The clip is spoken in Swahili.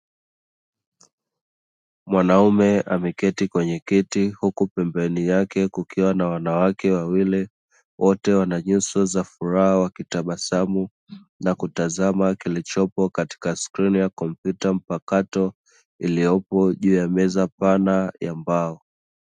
Mwanaume ameketi kwenye kiti huku pembeni yake kukiwa na wanawake wawili, wote wana nyuso za furaha wakitabasamu na kutazama kilichopo katika skrini ya kompyuta mpakato iliyopo juu ya meza pana ya mbao.